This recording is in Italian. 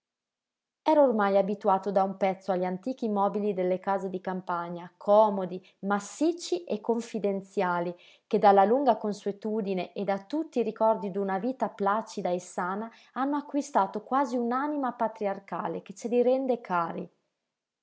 ormai abituato da un pezzo agli antichi mobili delle case di campagna comodi massicci e confidenziali che dalla lunga consuetudine e da tutti i ricordi d'una vita placida e sana hanno acquistato quasi un'anima patriarcale che ce li rende cari